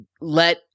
let